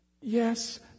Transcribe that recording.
Yes